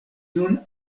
nun